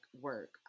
work